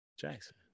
Jackson